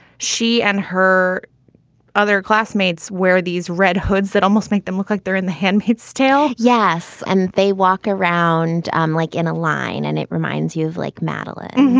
she and her other classmates wear these red hoods that almost make them look like they're in the hem hit still yes. and they walk around um like in a line. and it reminds you of like madeline.